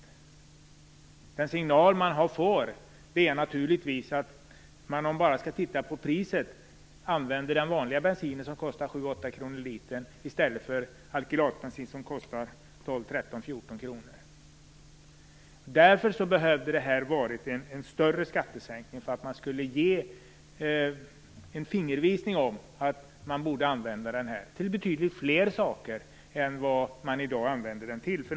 Den signal man får är naturligtvis att man, om man bara tittar på priset, använder den vanliga bensinen som kostar 7-8 kr litern i stället för alkylatbensin som kostar 12-14 kr. Därför hade skattesänkningen behövt vara större för att den skulle ge en fingervisning om att man borde använda alkylatbensinen till betydligt fler saker än vad som i dag är fallet.